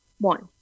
One